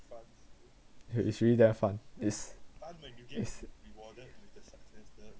it's really damn fun is is